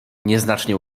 nieznacznie